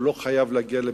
הוא לא חייב להגיע לבית-משפט.